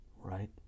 right